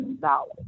dollars